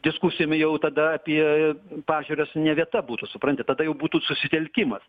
diskusijom jau tada apie pažiūras ne vieta būtų suprantat tada jau būtų susitelkimas